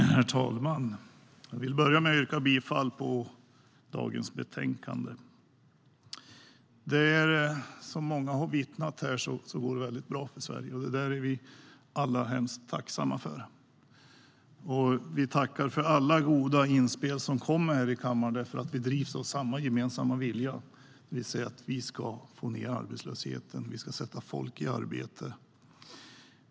Herr talman! Jag vill börja med att yrka bifall till utskottets förslag i betänkandet. Som många har vittnat om här går det bra för Sverige. Det är vi alla hemskt tacksamma för. Vi tackar för alla goda inspel som kommer här i kammaren, för vi drivs av samma gemensamma vilja: Vi ska få ned arbetslösheten. Vi ska sätta folk i arbete.